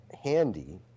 handy